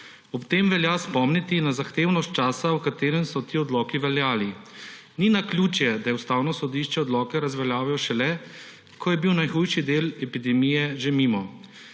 Ob tem velja spomniti na zahtevnost časa, v katerem so ti odloki veljali. Ni naključje, da je Ustavno sodišče odloke razveljavilo šele, ko je bil najhujši del epidemije že mimo.